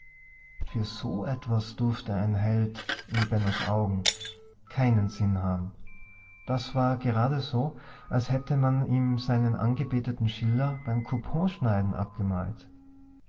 für so etwas durfte ein held in bennos augen keinen sinn haben das war geradeso als hätte man ihm seinen angebeteten schiller beim couponschneiden abgemalt